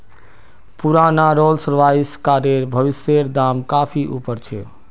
पुराना Rolls Royce कारेर भविष्येर दाम काफी ऊपर छे